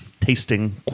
tasting